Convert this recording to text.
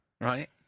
Right